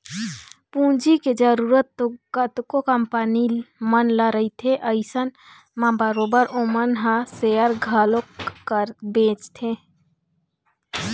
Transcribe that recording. पूंजी के जरुरत तो कतको कंपनी मन ल रहिथे अइसन म बरोबर ओमन ह सेयर घलोक बेंचथे